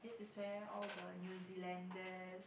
this is where all the New Zealander